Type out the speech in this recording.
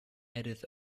edith